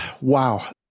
Wow